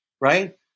right